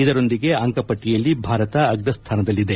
ಇದರೊಂದಿಗೆ ಅಂಕ ಪಟ್ಟಿಯಲ್ಲಿ ಭಾರತ ಅಗ್ರಸ್ಡಾನದಲ್ಲಿದೆ